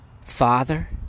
Father